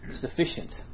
sufficient